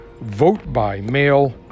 vote-by-mail